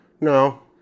No